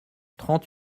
trente